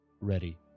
ready